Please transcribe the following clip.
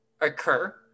occur